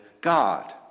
God